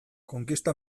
konkista